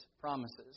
promises